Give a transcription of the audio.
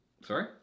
Sorry